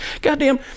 Goddamn